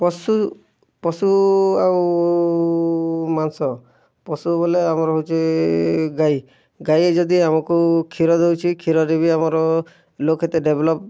ପଶୁ ପଶୁ ଆଉ ମାଂସ ପଶୁ ବେଲେ ଆମର୍ ହେଉଛେ ଗାଈ ଗାଈ ଯଦି ଆମକୁ କ୍ଷୀର ଦେଉଛେ କ୍ଷୀର୍ରେ ବି ଆମର ଲୋକ୍ ହେତେ ଡେଭଲପ୍